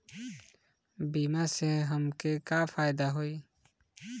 बीमा से हमके का फायदा होई?